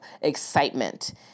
excitement